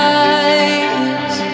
eyes